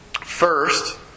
First